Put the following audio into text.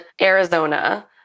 Arizona